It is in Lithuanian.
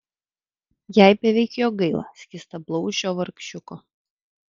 jai beveik jo gaila skystablauzdžio vargšiuko